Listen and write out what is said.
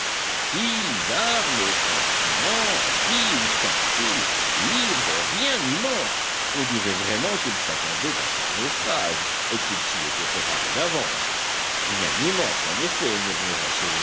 armes instruments habits ustensiles livres rien n'y manque on dirait vraiment qu'il s'attendait à faire naufrage et qu'il s'y était préparé d'avance rien n'y manque en effet murmura